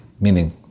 meaning